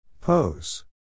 Pose